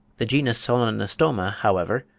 the genus solenostoma, however,